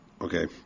Okay